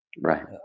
Right